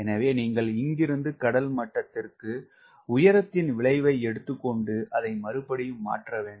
எனவே நீங்கள் இங்கிருந்து கடல் மட்டத்திற்கு உயரத்தின் விளைவை எடுத்து கொண்டு அதை மறுபடியும் மாற்ற வேண்டும்